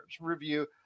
review